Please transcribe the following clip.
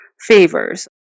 favors